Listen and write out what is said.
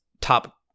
top